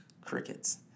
Crickets